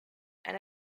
and